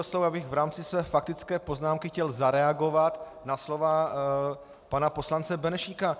Já bych v rámci své faktické poznámky chtěl zareagovat na slova pana poslance Benešíka.